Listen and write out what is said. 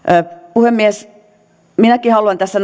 puhemies minäkin haluan tässä